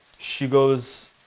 she goes,